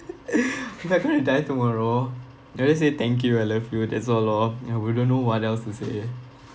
if I going to die tomorrow I'll just say thank you I love you that's all lor ya we don't know what else to say eh